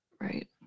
Right